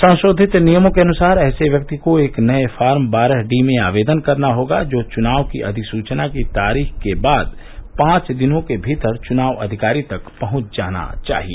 संशोधित नियमों के अनुसार ऐसे व्यक्ति को एक नए फार्म बारह डी में आवेदन करना होगा जो चुनाव की अधिसूचना की तारीख के बाद पांच दिनों के भीतर चुनाव अधिकारी तक पहुंच जाना चाहिए